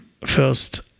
first